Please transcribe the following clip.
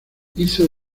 hizo